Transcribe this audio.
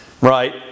right